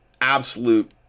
absolute